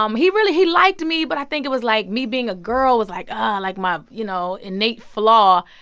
um he really he liked me. but i think it was, like, me being a girl was, like like, my, you know, innate flaw.